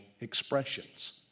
expressions